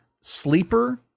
sleeper